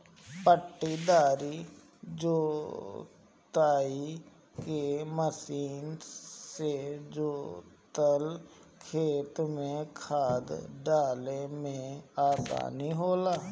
पट्टीदार जोताई के मशीन से जोतल खेत में खाद डाले में आसानी होला